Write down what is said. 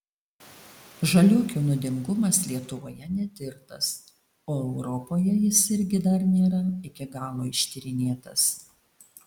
žaliuokių nuodingumas lietuvoje netirtas o europoje jis irgi dar nėra iki galo ištyrinėtas